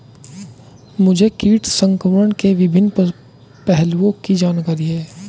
मुझे कीट संक्रमण के विभिन्न पहलुओं की जानकारी है